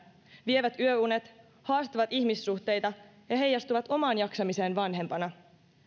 vievät yöunet haastavat ihmissuhteita ja ja heijastuvat omaan jaksamiseen vanhempana ja